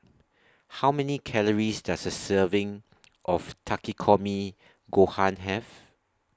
How Many Calories Does A Serving of Takikomi Gohan Have